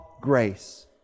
grace